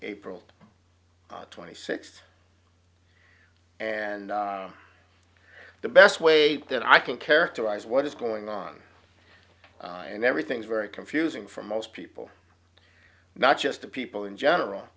april twenty sixth and the best wait that i can characterize what is going on and everything's very confusing for most people not just the people in general